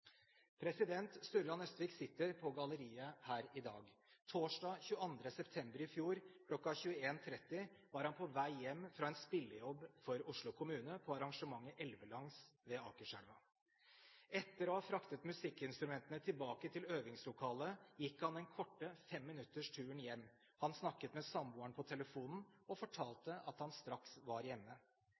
sitter på galleriet her i dag. Torsdag 22. september i fjor kl. 21.30 var han på vei hjem fra en spillejobb for Oslo kommune på arrangementet Elvelangs ved Akerselva. Etter å ha fraktet musikkinstrumentene tilbake til øvingslokalet, gikk han den korte 5-minutters turen hjem. Han snakket med samboeren på telefonen og fortalte at han straks var hjemme.